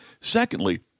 Secondly